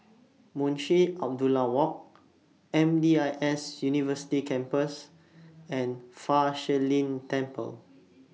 Munshi Abdullah Walk M D I S University Campus and Fa Shi Lin Temple